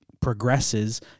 progresses